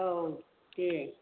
औ दे